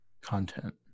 content